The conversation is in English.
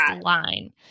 line